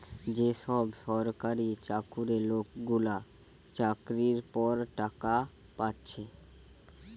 যে সব সরকারি চাকুরে লোকগুলা চাকরির পর টাকা পাচ্ছে